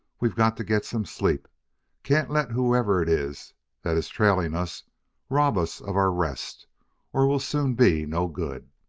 we've got to get some sleep can't let whoever it is that is trailing us rob us of our rest or we'll soon be no good.